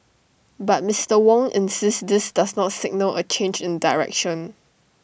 but Mister Wong insists this does not signal A change in direction